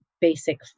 Basic